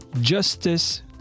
justice